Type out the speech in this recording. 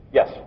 Yes